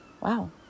Wow